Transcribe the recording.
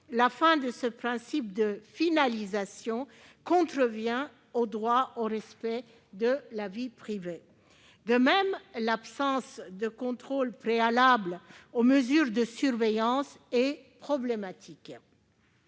la fin de ce principe de finalisation contrevient au droit au respect de la vie privée. De même, l'absence de contrôle préalable aux mesures de surveillance est problématique.